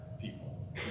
people